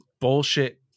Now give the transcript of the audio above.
bullshit